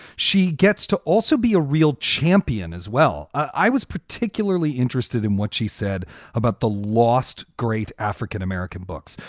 she gets to also be a real champion as well. i was particularly interested in what she said about the lost great african-american books,